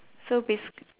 so basic